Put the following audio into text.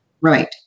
right